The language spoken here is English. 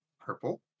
Purple